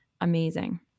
amazing